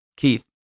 Keith